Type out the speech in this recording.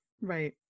Right